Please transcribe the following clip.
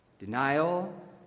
Denial